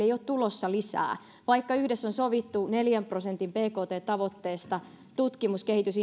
ei ole tulossa lisää vaikka yhdessä on sovittu neljän prosentin bkt tavoitteesta tutkimus kehitys